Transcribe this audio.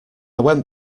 went